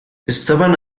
estaban